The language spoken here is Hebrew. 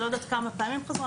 אני לא יודעת כמה פעמים חזרו.